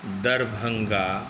Darbhanga